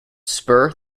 spur